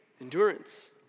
Endurance